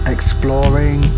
Exploring